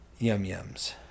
yum-yums